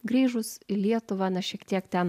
grįžus į lietuvą na šiek tiek ten